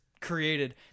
created